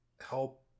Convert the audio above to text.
help